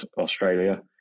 Australia